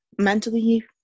mentally